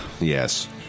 Yes